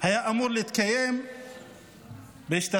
אמור להתקיים בהשתתפות